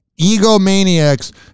egomaniacs